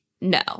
no